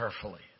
carefully